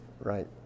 right